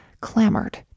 clamored